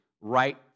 right